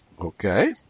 Okay